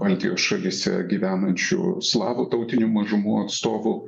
baltijos šalyse gyvenančių slavų tautinių mažumų atstovų